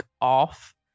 off